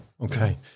okay